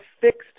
fixed